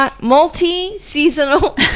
Multi-seasonal